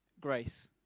grace